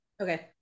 okay